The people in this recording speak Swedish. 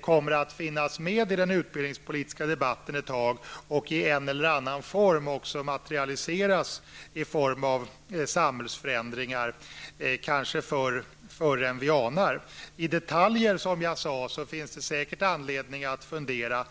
kommer att finnas med i den utbildningspolitiska debatten ett tag och i en eller annan form materialiseras i form av samhällsförändringar, kanske förr än vi anar. I detaljer finns det, som jag sade, säkert anledning att fundera.